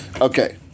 Okay